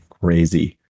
crazy